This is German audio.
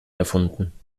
erfunden